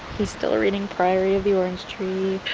he's still reading priory of the orange tree,